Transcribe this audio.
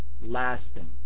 lasting